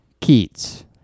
Keats